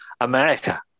America